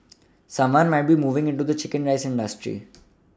someone might be moving into the chicken rice industry